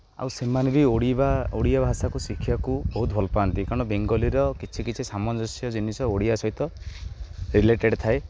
ଆଉ ସେମାନେ ବି ଓଡ଼ିଆ ଭାଷାକୁ ଶିଖିବାକୁ ବହୁତ ଭଲପାଆନ୍ତି କାରଣ ବେଙ୍ଗଲୀର କିଛି କିଛି ସାମଞ୍ଜସ୍ୟ ଜିନିଷ ଓଡ଼ିଆ ସହିତ ରିଲେଟେଡ଼୍ ଥାଏ